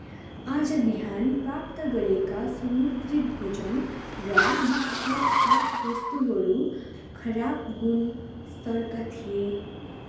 आज बिहान प्राप्त गरिएका समुद्री भोजन र मुख्य खाद्य वस्तुहरू खराब गुणस्तरका थिए